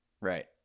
right